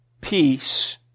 peace